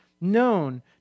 known